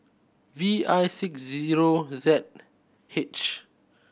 V I six zero Z H